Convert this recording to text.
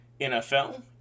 NFL